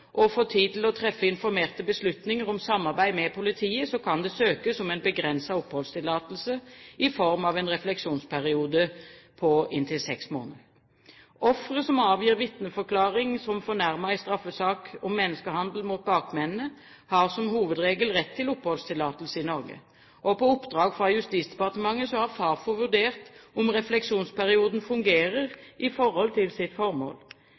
og få tid til å treffe informerte beslutninger om samarbeid med politiet, kan det søkes om en begrenset oppholdstillatelse i form av en refleksjonsperiode på inntil seks måneder. Ofre som avgir vitneforklaring som fornærmet i straffesak om menneskehandel mot bakmennene, har som hovedregel rett til oppholdstillatelse i Norge. På oppdrag fra Justisdepartementet har Fafo vurdert om refleksjonsperioden fungerer i forhold til sitt formål.